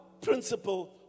principle